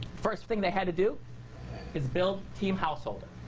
first thing they had to do is build team householder.